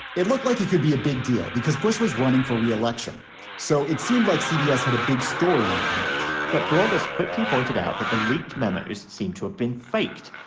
it looked like he could be a big deal because bush was running for re-election so it seemed like cbs had a big story on their hands but bloggers quickly pointed out that the leaked memos seem to have been faked.